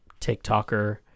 TikToker